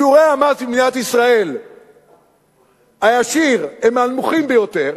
שיעורי המס הישיר במדינת ישראל הם מהנמוכים ביותר.